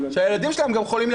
שהילדים שלהם גם חולים,